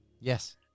yes